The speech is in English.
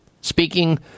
Speaking